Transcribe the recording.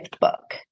book